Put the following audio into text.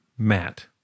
Matt